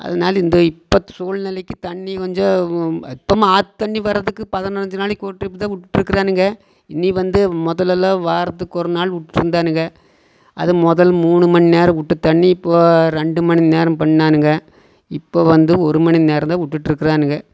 அதனால் இந்த இப்போத்து சூழ்நிலைக்கு தண்ணி கொஞ்சம் இப்பமும் ஆற்று தண்ணி வரதுக்கு பதினஞ்சு நாளைக்கு ஒரு ட்ரிப்பு தான் விட்டுட்டுருக்குறானுங்க இனி வந்து முதல்லெல்லாம் வாரத்துக்கு ஒரு நாள் விட்டுட்டுருந்தானுங்க அதுவும் முதல் மூணு மணி நேரம் விட்ட தண்ணி இப்போ ரெண்டு மணி நேரம் பண்ணிணானுங்க இப்போ வந்து ஒரு மணி நேரம் தான் விட்டுட்ருக்குறானுங்க